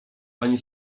ani